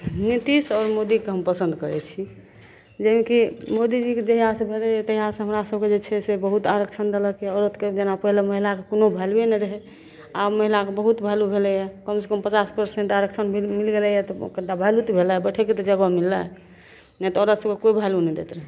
नितीश आओर मोदीके हम पसन्द करै छी जाहिमे कि मोदीजीके जहिआसे भेलैए तहिआसे हमरा सभकेँ जे छै से बहुत आरक्षण देलकैए जेना पहिले महिलाके कोनो वैल्युए नहि रहै आब महिलाके बहुत वैल्यू भेलैए कमसे कम पचास परसेन्ट आरक्षण मिलि मिलि गेलैए तऽ वैल्यू तऽ मिललै बैठैके तऽ जगह मिललै नहि तऽ औरत सभके कोइ वैल्यू नहि दैत रहलै